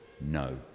No